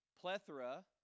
plethora